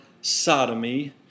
sodomy